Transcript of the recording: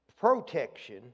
Protection